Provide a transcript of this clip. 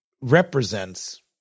represents